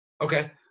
Okay